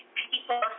people